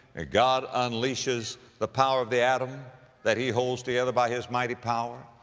ah god unleashes the power of the atom that he holds together by his mighty power.